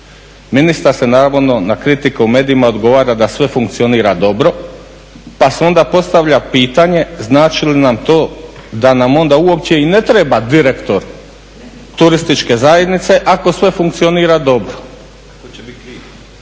Ministar se naravno na kritiku u medijima odgovara da sve funkcionira dobro, pa se onda postavlja pitanje znači li nam to da nam onda uopće i ne treba direktor turističke zajednice ako sve funkcionira dobro.